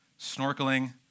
snorkeling